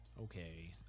okay